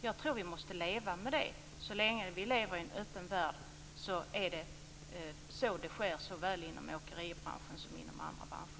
Jag tror att vi måste leva med det. Så länge vi lever i en öppen värld är det så det sker såväl inom åkeribranschen som inom andra branscher.